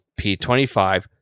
P25